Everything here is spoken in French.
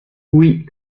oui